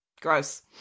gross